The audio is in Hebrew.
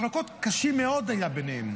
מחלוקות קשות מאוד היו ביניהם.